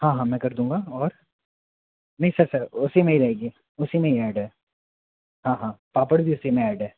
हाँ हाँ मैं कर दूंगा और नहीं सर सर उसी में रहेगी उसी में ऐड है पापड़ भी उसी में ऐड है